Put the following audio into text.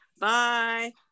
Bye